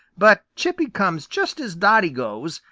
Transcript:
but chippy comes just as dotty goes,